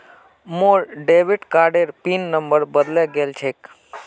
मोर डेबिट कार्डेर PIN number बदले गेल छेक